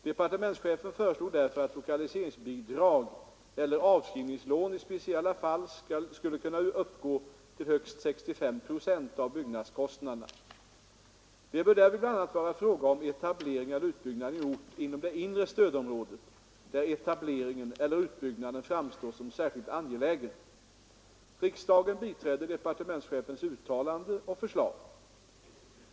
Departementschefen föreslog därför att lokaliseringsbidrag eller avskrivningslån i speciella fall skulle kunna uppgå till högst 65 procent av byggnadskostnaderna. Det bör därvid bl.a. vara fråga om etablering eller utbyggnad i ort inom det inre stödområdet där etableringen eller utbyggnaden framstår som särskilt angelägen. Riksdagen biträdde departementschefens uttalande och förslag.